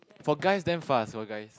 for guys damn fast for guys